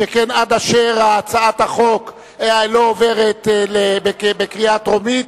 שכן עד אשר הצעת החוק לא עוברת בקריאה טרומית,